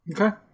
okay